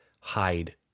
hide